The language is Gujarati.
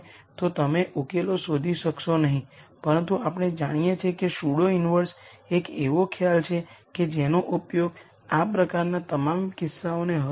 અન્ય શબ્દોમાં જો તમે આ બધા કૉલમ લોA1 ટુ An આ ફક્ત n r લિનયરલી ઇંડિપેંડેન્ટ વેક્ટરનો ઉપયોગ કરીને રજૂ કરી શકાય છે